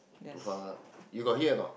you got hear or not